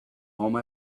home